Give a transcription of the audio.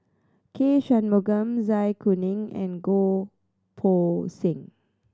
K Shanmugam Zai Kuning and Goh Poh Seng